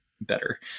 better